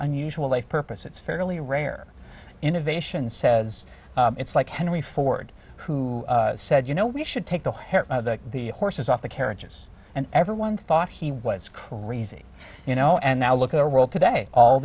unusual a purpose it's fairly rare innovation says it's like henry ford who said you know we should take the hair the the horses off the carriages and everyone thought he was crazy you know and now look at our world today all